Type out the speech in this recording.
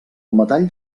metall